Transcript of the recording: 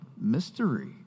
mystery